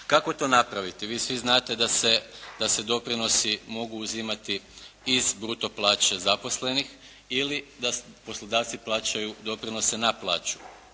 Kako to napraviti? Vi svi znate da se doprinosi mogu uzimati uz bruto plaće zaposlenih ili da poslodavci plaćaju doprinose na plaću.